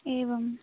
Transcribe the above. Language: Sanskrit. एवम्